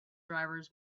drivers